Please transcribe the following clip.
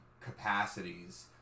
capacities